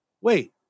wait